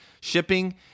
Shipping